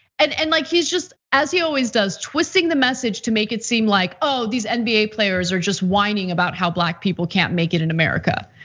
and and like he's just as he always does twisting the message to make it seem like these and nba players are just whining about how black people can't make it in america.